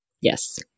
Yes